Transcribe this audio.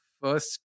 first